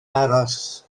aros